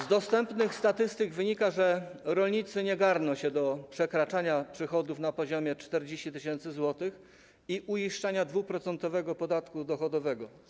Z dostępnych statystyk wynika, że rolnicy nie garną się do przekraczania przychodów na poziomie 40 tys. zł i uiszczania 2% zryczałtowanego podatku dochodowego.